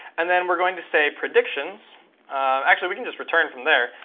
and then we're going to say predictions actually, we can just return from there.